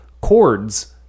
chords